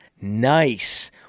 nice